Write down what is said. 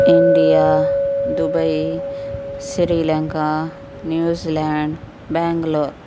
India Dubai Sri Lanka New Zealand Bangalore